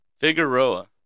Figueroa